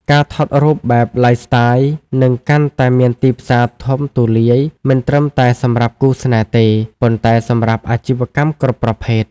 ការថតរូបបែប Lifestyle នឹងកាន់តែមានទីផ្សារធំទូលាយ មិនត្រឹមតែសម្រាប់គូស្នេហ៍ទេ ប៉ុន្តែសម្រាប់អាជីវកម្មគ្រប់ប្រភេទ។